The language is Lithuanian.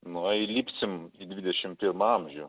nu įlipsim į dvidešim pirmą amžių